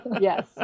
Yes